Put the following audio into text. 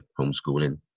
homeschooling